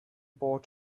bought